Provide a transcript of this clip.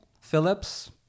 Phillips